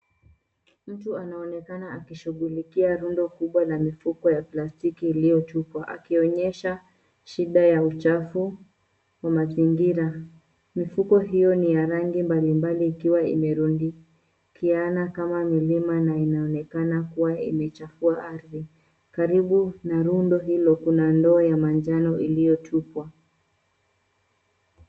Mtu anaonekana akishughulikia rundo kubwa la mifuko ya plastiki iliyotupwa akionyesha shida ya uchafu wa mazingira. Mifuko hiyo ni ya rangi mbalimbali ikiwa imerundikiana kama milima na inaonekana kuwa imechafua ardhi. Karibu na rundo hilo kuna ndoo ya manjano iliyotupwa.